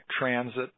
transit